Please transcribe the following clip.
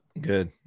Good